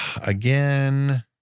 again